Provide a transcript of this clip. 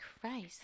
Christ